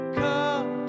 come